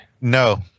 No